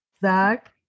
Zach